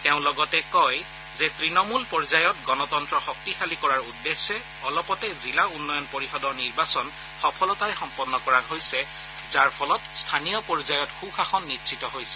তেওঁ লগতে কয় যে তৃণমূল পৰ্যায়ত গণতন্ত শক্তিশালী কৰাৰ উদ্দেশ্যে অলপতে জিলা উন্নয়ন পৰিয়দৰ নিৰ্বাচন সফলতাৰে সম্পন্ন কৰা হৈছে যাৰ ফলত স্থানীয় পৰ্যয়ত সুশাসন নিশ্চিত হৈছে